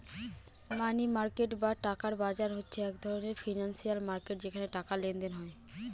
মানি market বা টাকার বাজার হচ্ছে এক ধরনের ফিনান্সিয়াল মার্কেট যেখানে টাকার লেনদেন হয়